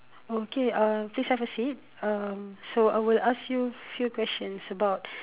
okay uh please have a seat um so I will ask you few questions about